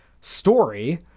story